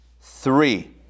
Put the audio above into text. three